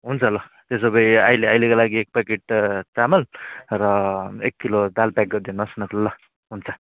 हुन्छ ल त्यसो भए अहिले अहिलेको लागि एक प्याकेट चामल र एक किलो दाल प्याक गरिदिनु होस् न ल हुन्छ